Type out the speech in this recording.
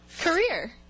career